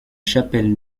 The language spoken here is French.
chapelle